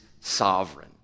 sovereign